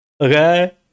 Okay